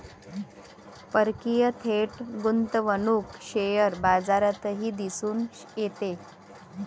परकीय थेट गुंतवणूक शेअर बाजारातही दिसून येते